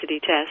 test